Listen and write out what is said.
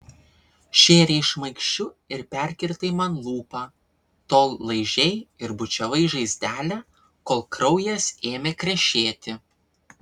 šėrei šmaikščiu ir perkirtai man lūpą tol laižei ir bučiavai žaizdelę kol kraujas ėmė krešėti